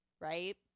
right